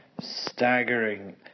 staggering